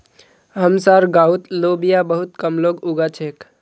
हमसार गांउत लोबिया बहुत कम लोग उगा छेक